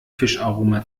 fischaroma